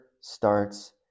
starts